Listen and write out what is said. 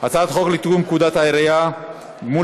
הצעת חוק לתיקון פקודת העיריות (גמול